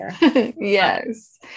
Yes